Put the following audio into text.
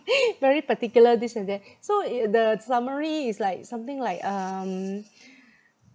very particular this and that so i~ the summary is like something like um